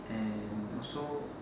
and also